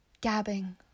gabbing